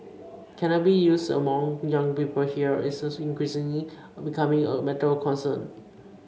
cannabis use among young people here is increasingly becoming a matter for concern